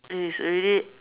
it is already